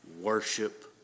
worship